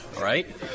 right